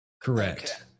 Correct